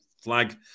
flag